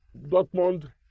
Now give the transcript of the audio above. Dortmund